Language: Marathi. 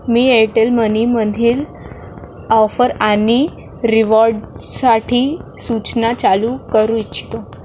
मी एअरटेल मनीमधील ऑफर आणि रिवॉर्ड्ससाठी सूचना चालू करू इच्छितो